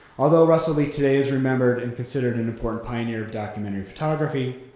although russell lee today is remembered and considered an important pioneer of documentary photography,